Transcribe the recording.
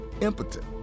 impotent